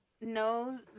knows